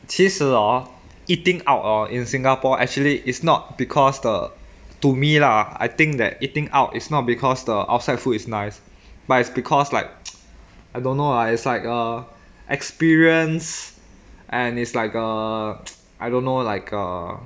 其实 hor eating out hor in singapore actually it's not because the to me lah I think that eating out is not because the outside food is nice but it's because like I don't know lah it's like err experience and it's like err I don't know like err